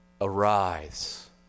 arise